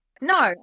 No